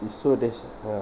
it so that's ah